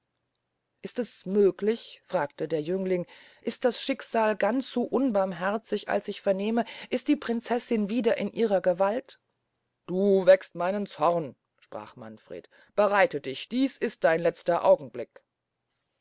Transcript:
ist es möglich sagte der jüngling ist das schicksal ganz so unbarmherzig als ich vernehme ist die prinzessin wieder in ihrer gewalt du weckst meinen zorn sprach manfred bereite dich dies ist dein letzter augenblick